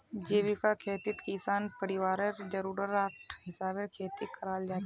जीविका खेतित किसान परिवारर ज़रूराटर हिसाबे खेती कराल जाहा